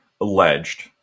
alleged